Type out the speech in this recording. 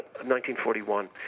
1941